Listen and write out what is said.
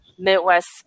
Midwest